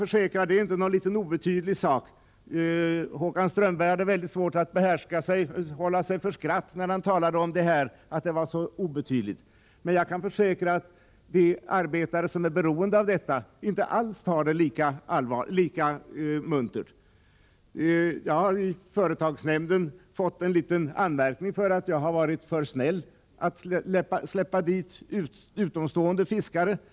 Håkan Strömberg hade väldigt svårt att hålla sig för skratt när han förklarade att detta var en så obetydlig sak, men jag kan försäkra att de arbetare som är beroende av denna möjlighet inte alls tar det lika muntert. Jag har i företagsnämnden fått en liten anmärkning för att jag har varit för snäll att släppa dit utomstående fiskare.